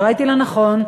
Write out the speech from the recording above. שראיתי לנכון,